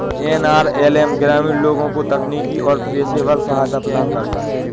NRLM ग्रामीण लोगों को तकनीकी और पेशेवर सहायता प्रदान करता है